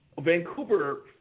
Vancouver